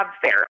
fair